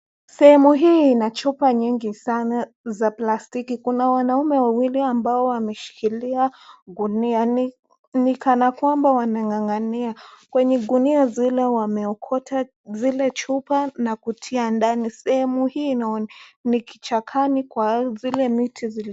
Sehemu hii ina chupa nyingi sana za plastiki. Kuna wanaume wawili ambao wameshikilia gunia, ni kana kwamba wanang'ang'ania. Kwenye gunia wameokota zile chupa na kutia ndani. Sehemu hii ni kichakani kwa zile miti.